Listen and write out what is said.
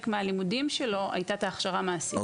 מהלימודים שלו היתה את ההכשרה המעשית,